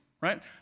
right